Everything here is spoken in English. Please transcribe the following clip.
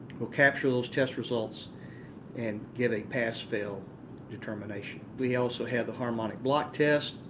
will capture those test results and get a pass fill determination. we also have the harmonic block test.